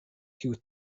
kiu